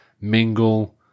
mingle